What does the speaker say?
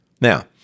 Now